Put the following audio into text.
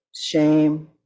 shame